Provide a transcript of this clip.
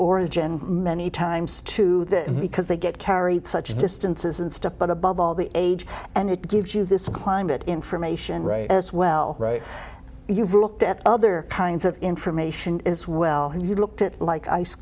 origin many times to this because they get carried such distances and stuff but above all the age and it gives you this climate information as well you've looked at other kinds of information as well and you looked at like ice